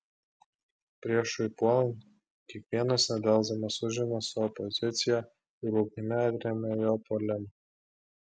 priešui puolant kiekvienas nedelsdamas užima savo poziciją ir ugnimi atremia jo puolimą